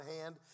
hand